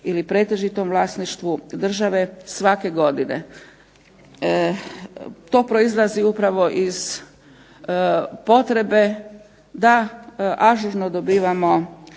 ili pretežitom vlasništvu države svake godine. To proizlazi upravo iz potrebe da ažurno dobivamo